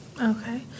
Okay